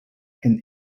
and